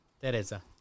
Teresa